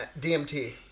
DMT